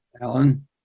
Alan